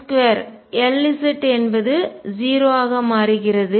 L2 Lz என்பது 0 ஆக மாறுகிறது